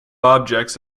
objects